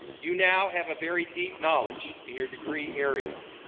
you now have a very deep knowledge in your degree area,